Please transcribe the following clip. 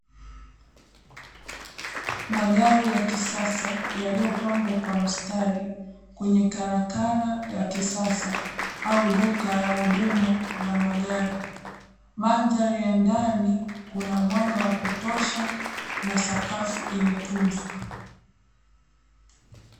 Magari ya kisasa yaliyopangwa kwa mstari, kwenye karakana ya kisasa au duka la huduma za magari, mandhali ya ndani kuna mwanga wa kutosha na sakafu iliyotunzwa.